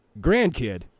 grandkid